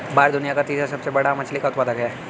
भारत दुनिया का तीसरा सबसे बड़ा मछली उत्पादक देश है